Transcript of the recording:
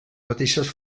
mateixes